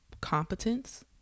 competence